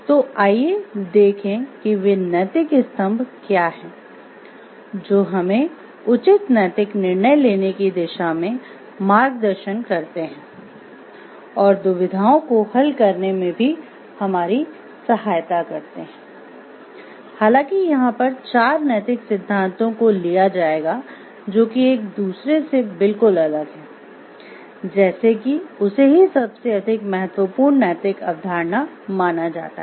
तो आइए देखें कि वे नैतिक स्तंभ क्या हैं जो हमें उचित नैतिक निर्णय लेने की दिशा में मार्गदर्शन करते हैं और दुविधाओं को हल करने में भी हमारी सहायता करते हैं हालांकि यहां पर चार नैतिक सिद्धांतों को लिया जाएगा जो कि एक दूसरे से बिलकुल अलग है जैसे कि उसे ही सबसे अधिक महत्वपूर्ण नैतिक अवधारणा माना जाता है